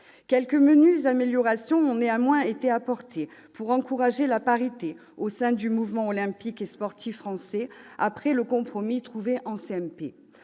Quelques menues améliorations ont néanmoins été apportées pour encourager la parité au sein du mouvement olympique et sportif français et un compromis a été trouvé en